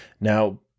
now